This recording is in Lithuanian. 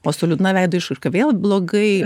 o su liūdna veido išraiška vėl blogai